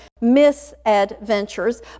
misadventures